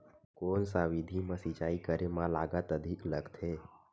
कोन सा विधि म सिंचाई करे म लागत अधिक लगथे?